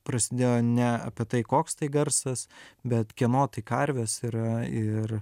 prasidėjo ne apie tai koks tai garsas bet kieno tai karvės yra ir